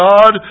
God